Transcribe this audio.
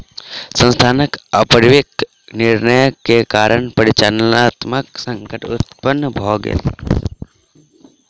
संस्थानक अपरिपक्व निर्णय के कारण परिचालनात्मक संकट उत्पन्न भ गेल